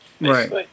Right